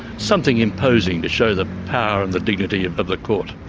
something imposing, to show the power and the dignity of of the court.